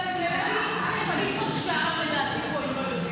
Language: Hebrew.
אני כבר שעה פה אם לא יותר,